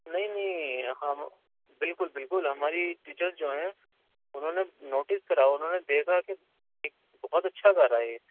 نہیں نہیں ہم بالکل بالکل ہماری ٹیچرس جو ہیں انہوں نے نوٹس کرا انہوں نے دیکھا کہ ایک بہت اچھا گا رہا ہے یہ